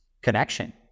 connection